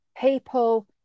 people